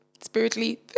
spiritually